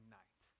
night